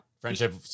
Friendship